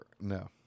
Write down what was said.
no